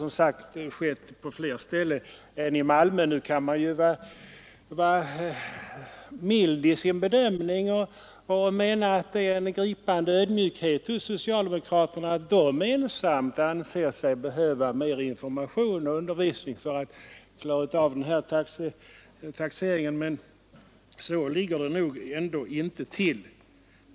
Man kan ju vara mild i sin bedömning och mena att det är en gripande ödmjukhet hos socialdemokraterna, att de ensamma anser sig behöva mera information och undervisning för att klara av fastighetstaxeringen. Men så ligger det nog ändå inte till.